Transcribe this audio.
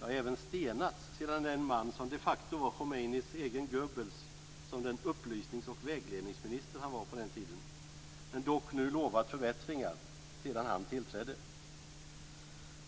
ja, även stenats, sedan den man tillträdde som de facto var Khomeinis egen Goebbels, som den upplysnings och vägledningsminister han var på den tiden? Han har dock nu lovat förbättringar.